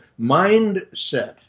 mindset